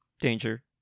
Danger